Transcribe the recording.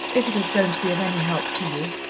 if it is going to be of any help to you.